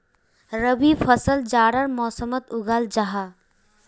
रबी फसल जाड़ार मौसमोट उगाल जाहा